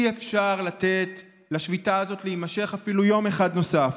אי-אפשר לתת לשביתה הזאת להימשך אפילו יום אחד נוסף.